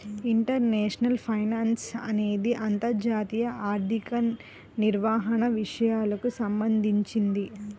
international finance అనేది అంతర్జాతీయ ఆర్థిక నిర్వహణ విషయాలకు సంబంధించింది